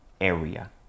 area